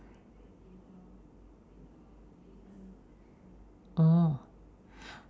orh